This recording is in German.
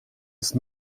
ist